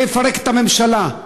זה יפרק את הממשלה.